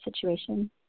situation